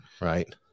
right